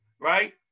right